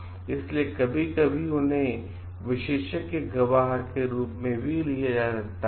और इसलिए कभी कभी उन्हें विशेषज्ञ गवाह के रूप में लिया जाता है